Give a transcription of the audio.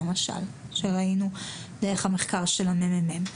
כפי שראינו במחקר של הממ"מ.